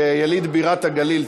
כיליד בירת הגליל,